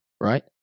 right